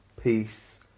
peace